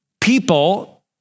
people